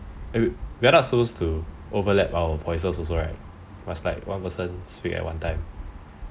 eh we're not supposed to overlap our voices also right must like one person speak at one time